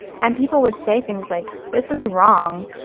and people would say things like, this is wrong.